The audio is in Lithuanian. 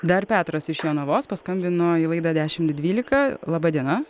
dar petras iš jonavos paskambino į laidą dešimt dvylika laba diena